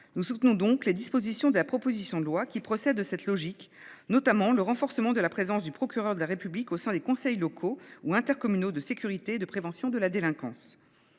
Nous soutenons donc les dispositions du texte qui procèdent de cette logique, notamment le renforcement de la présence du procureur de la République au sein des conseils locaux ou intercommunaux de sécurité et de prévention de la délinquance.